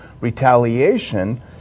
retaliation